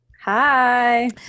Hi